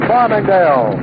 Farmingdale